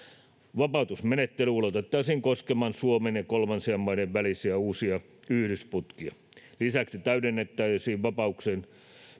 vapautusmenettely ulotettaisiin koskemaan suomen ja kolmansien maiden välisiä uusia yhdysputkia lisäksi täydennettäisiin vapautuksen